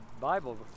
Bible